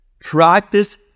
Practice